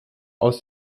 aus